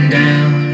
down